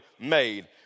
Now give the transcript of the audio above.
made